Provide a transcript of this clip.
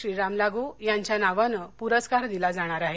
श्रीराम लागू यांच्या नावानं पुरस्कार दिला जाणार आहे